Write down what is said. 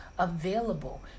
available